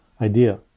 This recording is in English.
idea